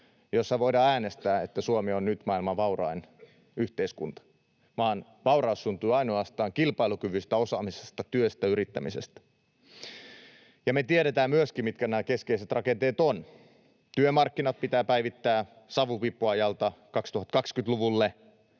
jossa voidaan äänestää, että Suomi on nyt maailman vaurain yhteiskunta, vaan vauraus syntyy ainoastaan kilpailukyvystä, osaamisesta, työstä, yrittämisestä. Ja me tiedetään myöskin, mitkä nämä keskeiset rakenteet ovat. Työmarkkinat pitää päivittää savupiippuajalta 2020-luvulle,